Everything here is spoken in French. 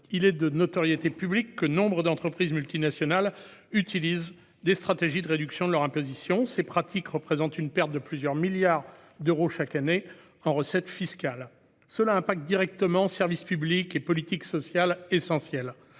Il est de notoriété publique que nombre d'entreprises multinationales utilisent des stratégies de réduction de leur imposition. Ces pratiques représentent une perte de plusieurs milliards d'euros chaque année en recettes fiscales. Cela a des conséquences directes sur les services publics et les politiques sociales essentielles.